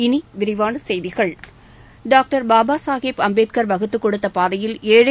இனி விரிவான செய்திகள் டாக்டர் பாபா சாஹேப் அம்பேத்கர் வகுத்துக்கொடுத்த பாதையில் ஏழை